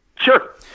Sure